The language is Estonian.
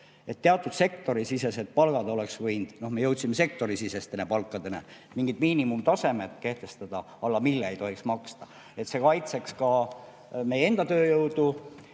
teatud sektorisisesed palgad. Me jõudsime sektorisiseste palkadeni, et võiks mingid miinimumtasemed kehtestada, alla mille ei tohiks maksta. See kaitseks ka meie enda tööjõudu